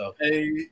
Hey